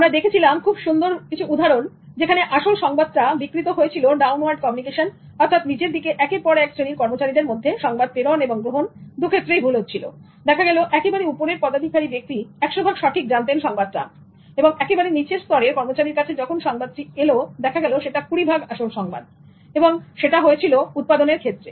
আমরা দেখেছিলাম খুব সুন্দর কিছু উদাহরণ যেখানে আসল সংবাদটা বিকৃত হয়েছিল ডাউনওয়ার্ড কমিউনিকেশন অর্থাৎ নিচের দিকে একের পর এক শ্রেণীর কর্মচারীদের মধ্যে সংবাদ প্রেরণ এবং গ্রহণ দুক্ষেত্রেই ভুল হচ্ছিল দেখা গেল একেবারে উপরের পদাধিকারী ব্যক্তি 100 ভাগ সঠিক জানতেন একেবারে নিচের স্তরের কর্মচারীর কাছে যখন সংবাদটি এল দেখা গেলো সেটা 20 ভাগ আসল সংবাদ এবং সেটা হয়েছিল প্রোডাক্ট এর ক্ষেত্রে